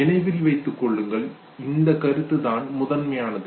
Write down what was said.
நினைவில் வைத்துக்கொள்ளுங்கள் இந்த கருத்து தான் முதன்மையானது